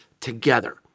together